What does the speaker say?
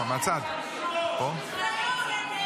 ביזיון.